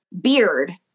beard